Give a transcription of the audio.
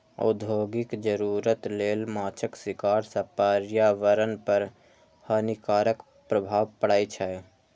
औद्योगिक जरूरत लेल माछक शिकार सं पर्यावरण पर हानिकारक प्रभाव पड़ै छै